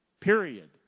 period